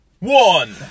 one